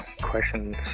questions